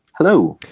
hello.